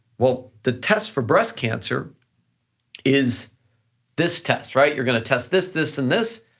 well, the test for breast cancer is this test, right? you're gonna test this, this and this,